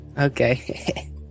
Okay